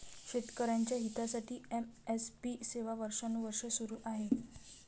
शेतकऱ्यांच्या हितासाठी एम.एस.पी सेवा वर्षानुवर्षे सुरू आहे